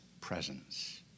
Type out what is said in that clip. presence